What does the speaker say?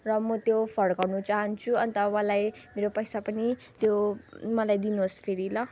र म त्यो फर्काउन चाहन्छु अन्त मलाई मेरो पैसा पनि त्यो मलाई दिनुहोस् फेरि ल